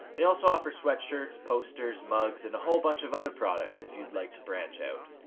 they also offer sweatshirts, posters, mugs and a whole bunch of other products if you'd like to branch out.